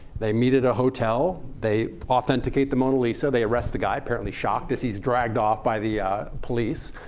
they meet at a hotel, they authenticate the mona lisa. they arrest the guy apparently shocked as he's dragged off by the police.